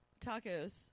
tacos